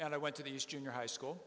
and i went to these junior high school